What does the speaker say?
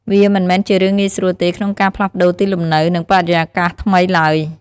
វាមិនមែនជារឿងងាយស្រួលទេក្នុងការផ្លាស់ប្ដូរទីលំនៅ និងបរិយាកាសថ្មីឡើយ។